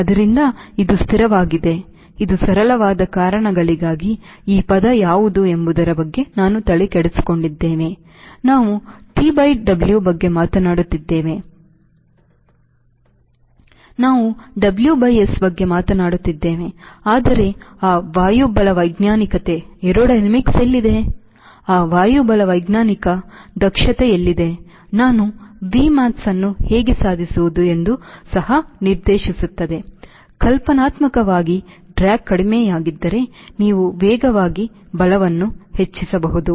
ಆದ್ದರಿಂದ ಇದು ಸ್ಥಿರವಾಗಿದೆ ಇದು ಸರಳವಾದ ಕಾರಣಗಳಿಗಾಗಿ ಈ ಪದ ಯಾವುದು ಎಂಬುದರ ಬಗ್ಗೆ ನಾವು ತಲೆಕೆಡಿಸಿಕೊಂಡಿದ್ದೇವೆ ನಾವು TW ಬಗ್ಗೆ ಮಾತನಾಡುತ್ತಿದ್ದೇವೆ ನಾವು WS ಬಗ್ಗೆ ಮಾತನಾಡುತ್ತಿದ್ದೇವೆ ಆದರೆ ಆ ವಾಯುಬಲವೈಜ್ಞಾನಿಕತೆ ಎಲ್ಲಿದೆ ಆ ವಾಯುಬಲವೈಜ್ಞಾನಿಕ ದಕ್ಷತೆ ಎಲ್ಲಿದೆ ನಾನು Vmax ಅನ್ನು ಹೇಗೆ ಸಾಧಿಸುವುದು ಎಂದು ಸಹ ನಿರ್ದೇಶಿಸುತ್ತದೆ ಕಲ್ಪನಾತ್ಮಕವಾಗಿ ಡ್ರ್ಯಾಗ್ ಕಡಿಮೆಯಾಗಿದ್ದರೆ ನೀವು ವೇಗವಾಗಿ ಬಲವನ್ನು ಹೆಚ್ಚಿಸಬಹುದು